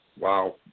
wow